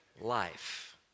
Life